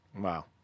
wow